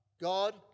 God